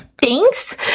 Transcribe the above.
Thanks